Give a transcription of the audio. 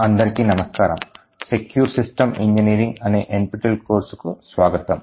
అందరికీ నమస్కారం secure system engineering అనే NPTEL కోర్సుకు స్వాగతం